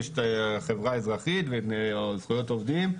יש את החברה האזרחית וארגוני זכויות עובדים,